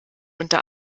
unter